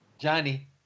Johnny